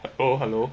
oh hello